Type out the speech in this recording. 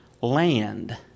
land